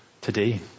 today